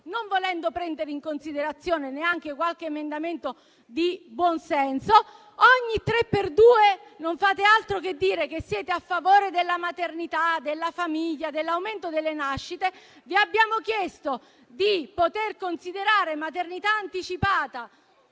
non volendo prendere in considerazione neanche qualche emendamento di buonsenso. Ogni tre per due non fate altro che dire che siete a favore della maternità, della famiglia, dell'aumento delle nascite: vi abbiamo chiesto di poter considerare maternità anticipata